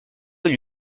lui